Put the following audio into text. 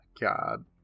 God